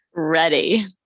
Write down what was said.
ready